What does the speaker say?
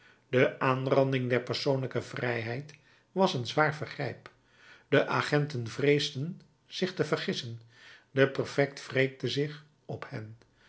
de aanranding der persoonlijke vrijheid was een zwaar vergrijp de agenten vreesden zich te vergissen de prefect wreekte zich op hen